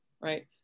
right